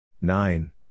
nine